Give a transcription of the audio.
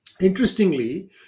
Interestingly